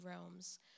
realms